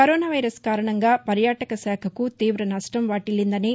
corona virus కారణంగా పర్యాటక శాఖకు తీవ నష్టం వాటిల్లిందని